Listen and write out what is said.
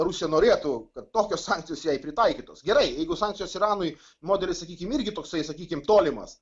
rusija norėtų kad tokios sankcijos jai pritaikytos gerai jeigu sankcijos iranui modelis sakykim irgi toksai sakykim tolimas